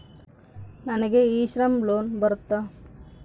ನನಗೆ e Shram loan ಬರುತ್ತಾ?